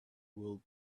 will